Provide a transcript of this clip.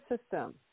system